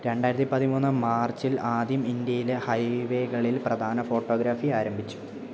രണ്ടായിരത്തി പതിമൂന്ന് മാർച്ചിൽ ആദ്യം ഇന്ത്യയിലെ ഹൈവേകളിൽ പ്രധാന ഫോട്ടോഗ്രാഫി ആരംഭിച്ചു